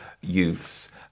youths